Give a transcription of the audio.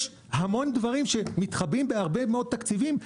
יש המון דברים שמתחבאים בהרבה מאוד תקציבים,